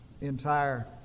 entire